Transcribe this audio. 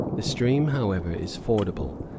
the stream, however, is fordable,